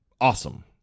Awesome